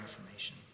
Reformation